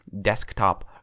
desktop-